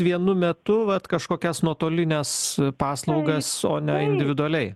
vienu metu vat kažkokias nuotolines paslaugas o ne individualiai